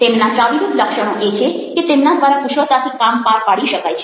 તેમનાં ચાવીરૂપ લક્ષણો એ છે કે તેમના દ્વારા કુશળતાથી કામ પાર પાડી શકાય છે